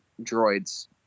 droids